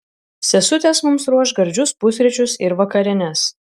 sesutės mums ruoš gardžius pusryčius ir vakarienes